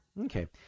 Okay